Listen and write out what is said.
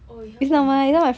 oh you helping your friend